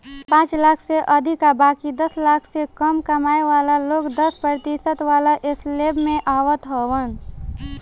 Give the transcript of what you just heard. पांच लाख से अधिका बाकी दस लाख से कम कमाए वाला लोग दस प्रतिशत वाला स्लेब में आवत हवन